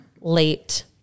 late